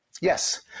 Yes